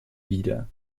wieder